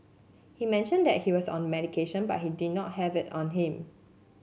he mentioned that he was on medication but he did not have it on him